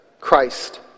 Christ